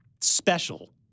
special